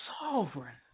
sovereign